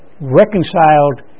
reconciled